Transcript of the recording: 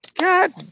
God